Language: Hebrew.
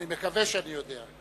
אני מקווה שאני יודע.